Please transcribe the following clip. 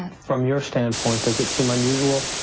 from your stand point, does it seem unusual?